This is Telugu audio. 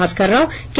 భాస్కరరావు కె